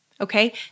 Okay